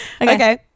Okay